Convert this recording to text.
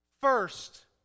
First